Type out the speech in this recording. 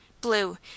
blue